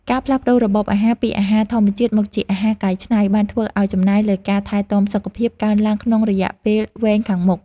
ការផ្លាស់ប្តូររបបអាហារពីអាហារធម្មជាតិមកជាអាហារកែច្នៃ បានធ្វើឱ្យចំណាយលើការថែទាំសុខភាពកើនឡើងក្នុងរយៈពេលវែងខាងមុខ។